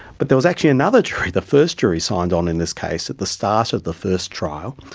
but there was actually another jury. the first jury signed on in this case at the start of the first trial.